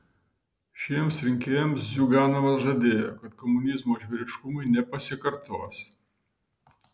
šiems rinkėjams ziuganovas žadėjo kad komunizmo žvėriškumai nepasikartos